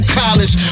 college